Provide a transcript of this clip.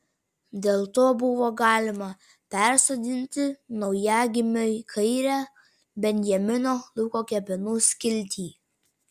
dėl to buvo galima persodinti naujagimiui kairę benjamino luko kepenų skiltį